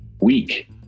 week